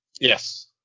Yes